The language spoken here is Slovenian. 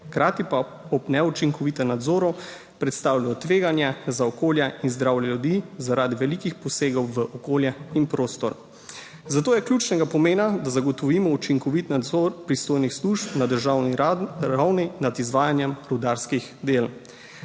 hkrati pa ob neučinkovitem nadzoru predstavljajo tveganje za okolje in zdravje ljudi zaradi velikih posegov v okolje in prostor. Zato je ključnega pomena, da zagotovimo učinkovit nadzor pristojnih služb na državni ravni nad izvajanjem rudarskih del.